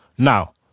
Now